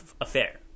affair